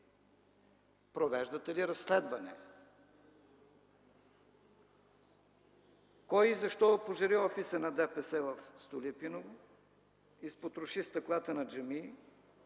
Провеждате ли разследване? Кой и защо опожари офиса на ДПС в Столипиново, изпотроши стъклата на джамии,